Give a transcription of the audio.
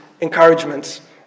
encouragements